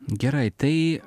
gerai tai